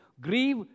Grieve